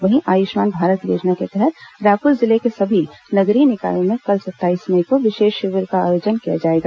वहीं आयुष्मान भारत योजना के तहत रायपुर जिले के सभी नगरीय निकायों में कल सत्ताईस मई को विशेष शिविरों का आयोजन किया जाएगा